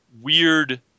weird